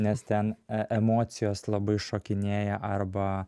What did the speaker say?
nes ten emocijos labai šokinėja arba